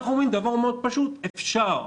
אנחנו אומרים דבר מאוד פשוט: אפשר,